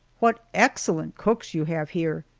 what excellent cooks you have here!